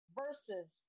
versus